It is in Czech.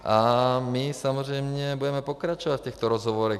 A my samozřejmě budeme pokračovat v těchto rozhovorech.